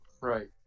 Right